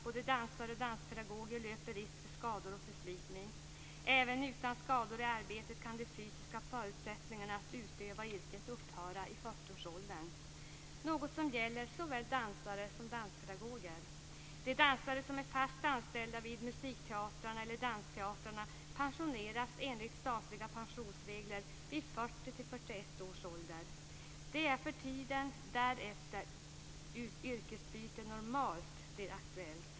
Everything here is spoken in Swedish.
Både dansare och danspedagoger löper risk för skador och förslitning. Även utan skador i arbetet kan de fysiska förutsättningarna för att utöva yrket upphöra i 40 årsåldern, något som gäller såväl dansare som danspedagoger. De dansare som är fast anställda vid musikteatrarna eller dansteatrarna pensioneras enligt statliga pensionsregler vid 40-41 års ålder. Det är för tiden därefter som yrkesbyte normalt blir aktuellt.